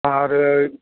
आरो